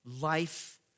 life